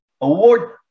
Award